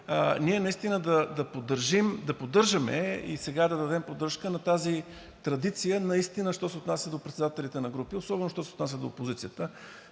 ние наистина да поддържаме и сега да дадем поддръжка на тази традиция, наистина що се отнася до председателите на групи, особено що се отнася до опозицията